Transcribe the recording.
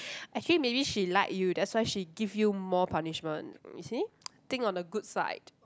actually maybe she like you that's why she give you more punishment you see think of the good side